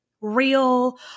real